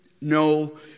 no